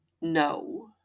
no